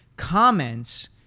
comments